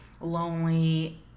lonely